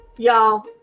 y'all